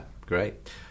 great